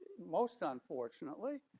most unfortunately.